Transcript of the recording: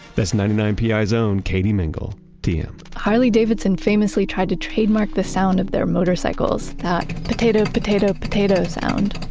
that's ninety nine pi's own, katie mingle, tm harley-davidson famously tried to trademark the sound of their motorcycles, that potato-potato-potato sound